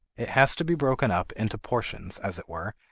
it has to be broken up into portions, as it were,